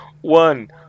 One